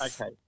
Okay